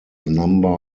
number